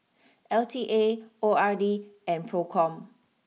L T A O R D and Procom